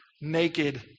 naked